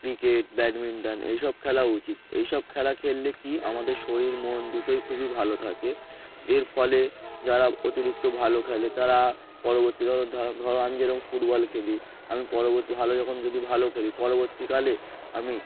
cricket badminton এইসব খেলা উচিত এইসব খেলা খেললে কি আমাদের শরীর মন দুটোই খুবই ভালো থাকে এর ফলে যারা অতিরিক্ত ভালো খেলে তারা পরবর্তী ধরুন ধারা ধরো আমি যেরকম ফুটবল খেলি আমি পরবর্তী ভালো যখন যদি ভালো খেলি পরবর্তীকালে আমি